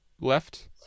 left